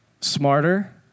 smarter